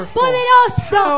poderoso